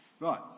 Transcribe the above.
Right